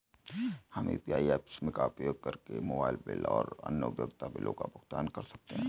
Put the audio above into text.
हम UPI apps का उपयोग करके मोबाइल बिल और अन्य उपयोगिता बिलों का भुगतान कर सकते हैं